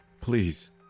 please